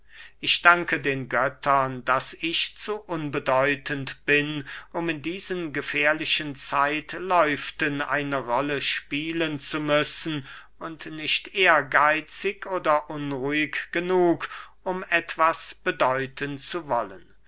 ich danke den göttern daß ich zu unbedeutend bin um in diesen gefährlichen zeitläufen eine rolle spielen zu müssen und nicht ehrgeitzig oder unruhig genug um etwas bedeuten zu wollen